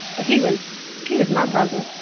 but he was he was my brother